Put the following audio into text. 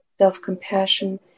self-compassion